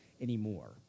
anymore